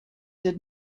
did